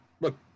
look